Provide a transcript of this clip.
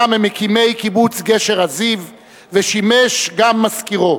היה ממקימי קיבוץ גשר-הזיו ושימש גם מזכירו.